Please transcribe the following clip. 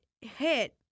hit